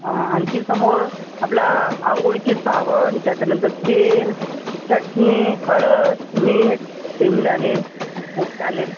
आणखी समोर आपला आंघोळीची साबण त्याच्यानंतर तेल चटणी हळद मीठ शेंगदाणे फुटाणे